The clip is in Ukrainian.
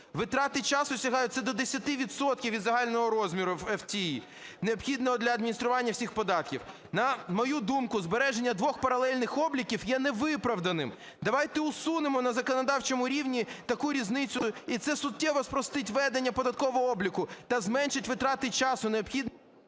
Витрати часу сягаються до 10 відсотків від загального розміру FTE, необхідного для адміністрування всіх податків. На мою думку, збереження двох паралельних обліків є невиправданим. Давайте усунемо на законодавчому рівні таку різницю - і це суттєво спростить ведення податкового обліку та зменшить витрати часу…